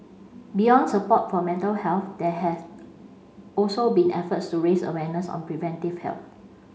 beyond support for mental health there have also been efforts to raise awareness on preventive health